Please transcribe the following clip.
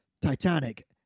Titanic